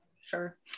sure